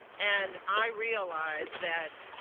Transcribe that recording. and i realized that,